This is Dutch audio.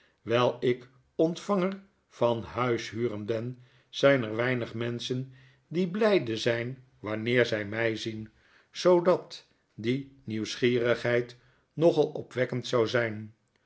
wyi ik ontvanger van huishuren ben zyn er weinig menschen die blyde zyn wanneer zy my zien zoodat die nieuwigneid nogal opwekkend zou zyn